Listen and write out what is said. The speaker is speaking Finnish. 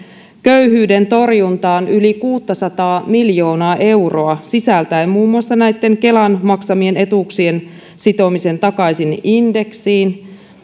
köyhyyden torjuntaan yli kuuttasataa miljoonaa euroa sisältäen muun muassa näitten kelan maksamien etuuksien sitomisen takaisin indeksiin